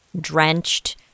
drenched